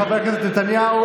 חברי הכנסת בנימין נתניהו,